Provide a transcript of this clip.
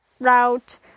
route